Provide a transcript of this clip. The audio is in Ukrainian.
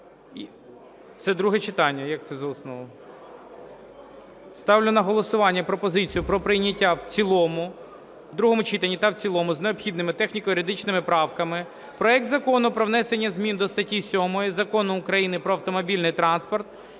Це друге читання, як це за основу? Ставлю на голосування пропозицію про прийняття в цілому, в другому читанні та в цілому з необхідними техніко-юридичними правками проект Закону про внесення змін до статті 7 Закону України "Про автомобільний транспорт"